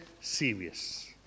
serious